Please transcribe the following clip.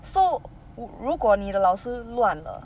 so 如果你的老师乱了